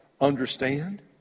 understand